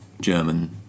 German